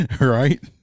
Right